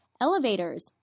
Elevators